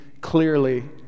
clearly